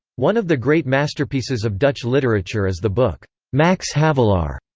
one of the great masterpieces of dutch literature is the book max havelaar,